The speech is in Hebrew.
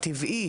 טבעי